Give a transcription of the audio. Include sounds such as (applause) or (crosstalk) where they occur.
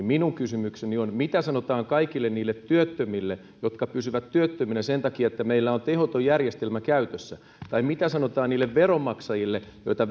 (unintelligible) minun kysymykseni on mitä sanotaan kaikille niille työttömille jotka pysyvät työttöminä sen takia että meillä on tehoton järjestelmä käytössä tai mitä sanotaan niille veronmaksajille joita (unintelligible)